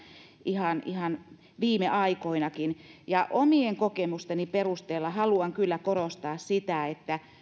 ihan viime aikoinakin ja omien kokemusteni perusteella haluan kyllä korostaa sitä että